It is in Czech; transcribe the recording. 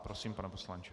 Prosím, pane poslanče.